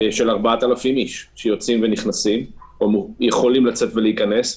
על 4,000 אנשים שיכולים לצאת ולהיכנס.